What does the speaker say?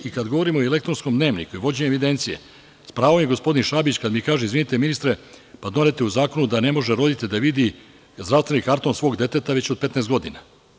I, kada govorimo o elektronskom dnevniku i vođenju evidencije, u pravu je gospodin Šabić kada mi kaže – izvinite, ministre, doneto je u zakonu da ne može roditelj da vidi zdravstveni karton svog deteta već od 15 godina.